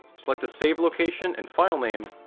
select a save location and filename,